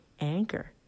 Anchor